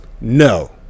No